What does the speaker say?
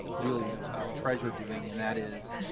really treasure doing and that is